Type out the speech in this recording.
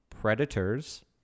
Predators